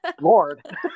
Lord